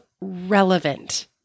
relevant